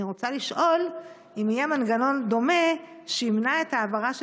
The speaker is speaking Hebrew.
אני רוצה לשאול אם יהיה מנגנון דומה שימנע את ההעברה של